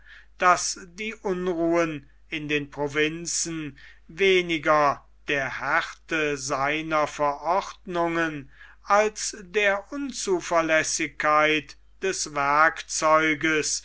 daß die unruhen in den provinzen weniger der härte seiner verordnungen als der unzuverlässigkeit des